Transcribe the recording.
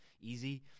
easy